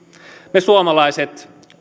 me suomalaiset